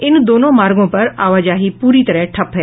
इन दोनों मार्गों पर आबाजाही पूरी तरह ठप्प है